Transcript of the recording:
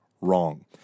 wrong